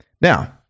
now